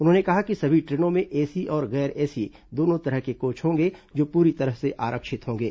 उन्होंने कहा कि सभी ट्रेनों में एसी और गैर एसी दोनों तरह के कोच होंगे जो पूरी तरह से आरक्षित होंगे